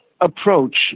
approach